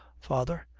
father,